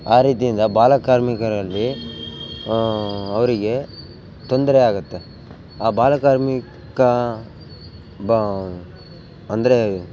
ಆ ರೀತಿಯಿಂದ ಬಾಲಕಾರ್ಮಿಕರಲ್ಲಿ ಅವರಿಗೆ ತೊಂದರೆಯಾಗುತ್ತೆ ಆ ಬಾಲಕಾರ್ಮಿಕ ಬಾ ಅಂದರೆ